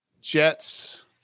Jets